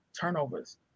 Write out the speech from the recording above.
turnovers